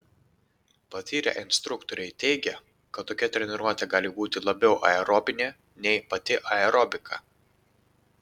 patyrę instruktoriai teigia kad tokia treniruotė gali būti labiau aerobinė nei pati aerobika